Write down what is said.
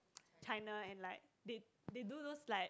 China and like they they do those like